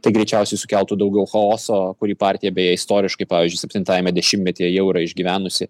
tai greičiausiai sukeltų daugiau chaoso kurį partija beje istoriškai pavyzdžiui septintajame dešimtmetyje jau yra išgyvenusi